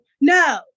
No